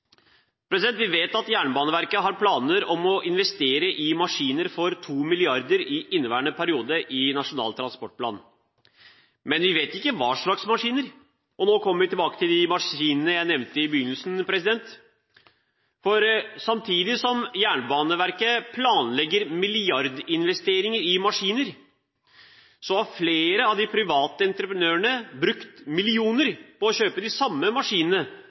hvordan. Vi vet at Jernbaneverket har planer om å investere i maskiner for 2 mrd. kr i inneværende periode ifølge Nasjonal transportplan, men vi vet ikke i hva slags maskiner. Nå kommer vi tilbake til de maskinene jeg nevnte i begynnelsen. Samtidig som Jernbaneverket planlegger milliardinvesteringer i maskiner, har flere av de private entreprenørene brukt millioner på å kjøpe de samme maskinene